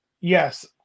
yes